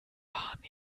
wahrnehmen